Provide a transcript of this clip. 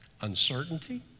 uncertainty